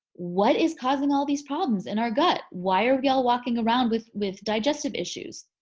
what is causing all these problems in our gut? why are we all walking around with with digestive issues?